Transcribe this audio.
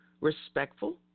respectful